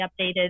updated